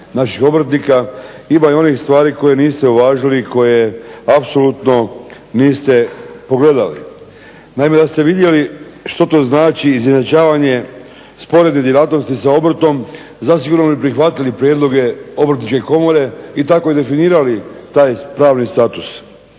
naših obrtnika ima i onih stvari koje niste uvažili i koje apsolutno niste pogledali. Naime, da ste vidjeli što to znači izjednačavanje sporednih djelatnosti sa obrtom zasigurno bi prihvatili prijedloge Obrtničke komore i tako i definirali taj pravni status.